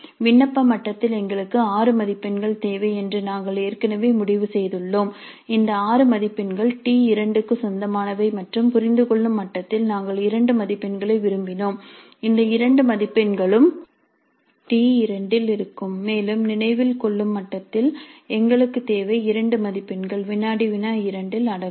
விண்ணப்ப மட்டத்தில் எங்களுக்கு 6 மதிப்பெண்கள் தேவை என்று நாங்கள் ஏற்கனவே முடிவு செய்துள்ளோம் இந்த 6 மதிப்பெண்கள் T2 க்கு சொந்தமானவை மற்றும் புரிந்துகொள்ளும் மட்டத்தில் நாங்கள் 2 மதிப்பெண்களை விரும்பினோம் இந்த 2 மதிப்பெண்களும் T2 இல் இருக்கும் மேலும் நினைவில்கொள்ளும் மட்டத்தில் எங்களுக்கு தேவை 2 மதிப்பெண்கள் வினாடி வினா 2 இல் அடங்கும்